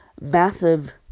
massive